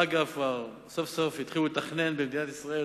אגב, סוף-סוף התחילו לתכנן במדינת ישראל